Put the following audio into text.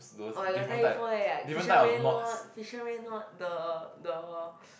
oh I got tell you before eh like fisherman not fisherman not the the